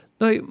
Now